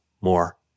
more